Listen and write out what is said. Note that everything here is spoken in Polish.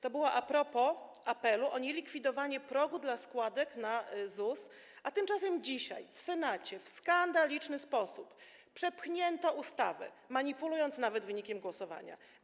To było a propos apelu o nielikwidowanie progu dotyczącego składek na ZUS, a tymczasem dzisiaj w Senacie w skandaliczny sposób przepchnięto ustawę, manipulując nawet wynikiem głosowania.